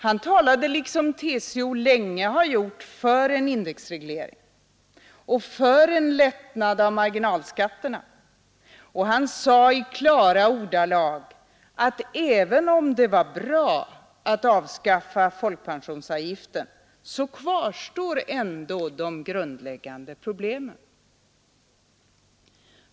Han talade liksom TCO länge har gjort för en indexreglering och för en lättnad av marginalskatterna. Han sade i klara ordalag att även om det var bra att avskaffa folkpensionsavgiften, så kvarstår de grundläggande problemen.